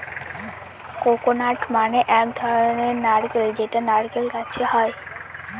coconut মানে এক ধরনের নারকেল যেটা নারকেল গাছে হয়